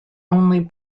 only